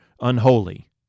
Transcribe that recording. unholy